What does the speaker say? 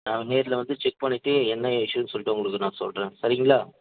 நான் நேரில் வந்து செக் பண்ணிவிட்டு என்ன இஸ்யூன்னு சொல்லிட்டு உங்களுக்கு நான் சொல்றேன் சரிங்களா